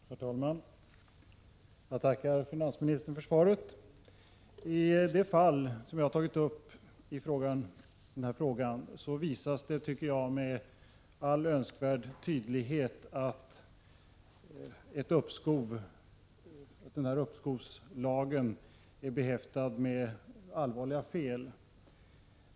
Herr talman! Jag tackar finansministern för svaret. I det fall som jag har tagit upp i min fråga visas med all önskvärd tydlighet att lagstiftningen om uppskov med reavinstbeskattningen är behäftad med allvarliga fel.